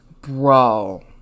bro